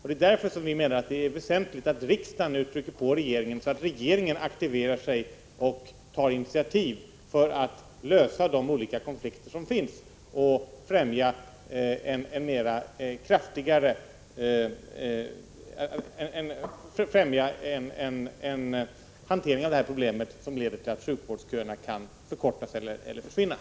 Det är därför vi menar att det är viktigt att riksdagen nu trycker på regeringen så att regeringen aktiverar sig och tar initiativ för att lösa de olika konflikter som finns och främja en hantering av problemet som leder till att sjukvårdsköerna kan försvinna eller förkortas.